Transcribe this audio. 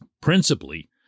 principally